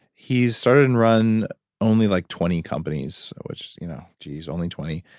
he's started and run only like twenty companies, which you know jeez, only twenty.